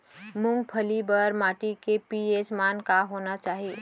मूंगफली बर माटी के पी.एच मान का होना चाही?